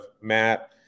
Matt